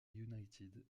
united